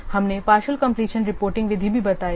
हमने partial completion reporting विधि भी बताई है